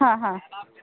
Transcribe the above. ಹಾಂ ಹಾಂ